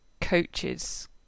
coaches